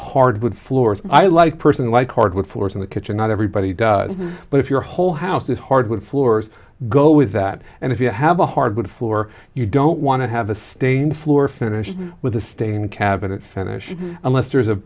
hardwood floors i like person like hardwood floors in the kitchen not everybody does but if your whole house is hardwood floors go with that and if you have a hardwood floor you don't want to have a stained floor finish with a stain cabinet finish unless there's a